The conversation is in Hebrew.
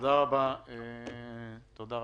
תודה רבה, אבי.